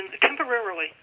temporarily